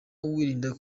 wirinda